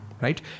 right